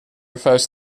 refers